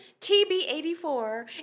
TB84